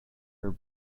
her